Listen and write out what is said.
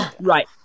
Right